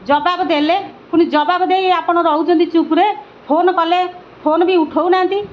ଜବାବ୍ ଦେଲେ ପୁଣି ଜବାବ୍ ଦେଇ ଆପଣ ରହୁଛନ୍ତି ଚୁପରେ ଫୋନ୍ କଲେ ଫୋନ୍ ବି ଉଠଉ ନାହାନ୍ତି